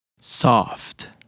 soft